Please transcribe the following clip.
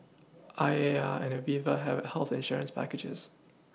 I A R and Aviva have health insurance packages